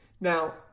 Now